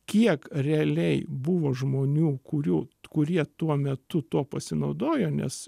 kiek realiai buvo žmonių kurių kurie tuo metu tuo pasinaudojo nes